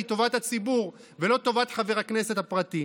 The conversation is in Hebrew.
טובת הציבור ולא טובת חבר הכנסת הפרטי.